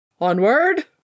Onward